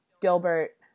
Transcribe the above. Gilbert